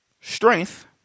strength